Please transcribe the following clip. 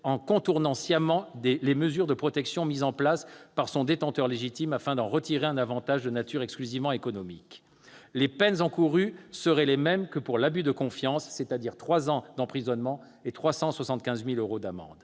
en contournant sciemment les mesures de protection mises en place par son détenteur légitime, afin d'en retirer un avantage de nature exclusivement économique. Les peines encourues seraient les mêmes que pour l'abus de confiance, c'est-à-dire trois ans d'emprisonnement et 375 000 euros d'amende.